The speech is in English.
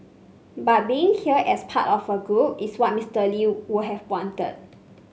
but being here as part of a group is what Mister Lee would have wanted